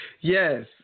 Yes